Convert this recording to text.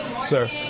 sir